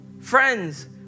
Friends